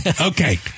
Okay